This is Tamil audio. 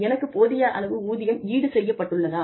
எனக்கு போதிய அளவு ஊதியம் ஈடு செய்யப்பட்டுள்ளதா